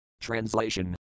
Translation